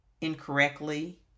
incorrectly